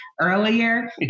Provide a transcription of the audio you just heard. earlier